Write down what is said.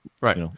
Right